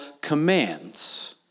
commands